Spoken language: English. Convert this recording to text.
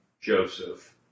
Joseph